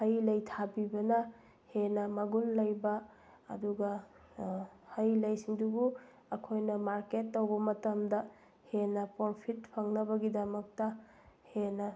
ꯍꯩ ꯂꯩ ꯊꯥꯕꯤꯕꯅ ꯍꯦꯟꯅ ꯃꯒꯨꯟ ꯂꯩꯕ ꯑꯗꯨꯒ ꯍꯩ ꯂꯩꯁꯤꯡꯗꯨꯕꯨ ꯑꯩꯈꯣꯏꯅ ꯃꯥꯔꯀꯦꯠ ꯇꯧꯕ ꯃꯇꯝꯗ ꯍꯦꯟꯅ ꯄ꯭ꯔꯣꯐꯤꯠ ꯐꯪꯅꯕꯒꯤꯗꯃꯛꯇ ꯍꯦꯟꯅ